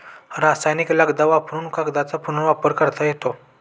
रासायनिक लगदा वापरुन कागदाचा पुनर्वापर करता येतो